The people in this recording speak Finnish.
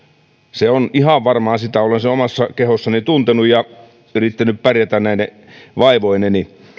se on ihan varmaan sitä olen sen omassa kehossani tuntenut ja yrittänyt pärjätä näine vaivoineni